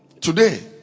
Today